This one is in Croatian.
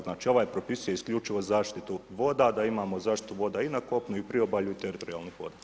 Znači ovaj propisuje isključivo zaštitu voda da imamo zaštitu voda i na kopnu i u priobalju i teritorijalnih voda.